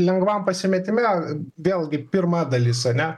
lengvam pasimetime vėlgi pirma dalis ane